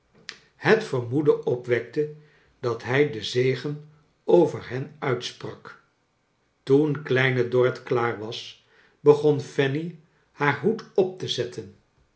het vermoeden opwekte dat hij den zegen over hen uitsprak toen kleine dorrit klaar was begon fanny haar hoed op te zetten